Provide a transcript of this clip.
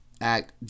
act